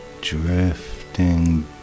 drifting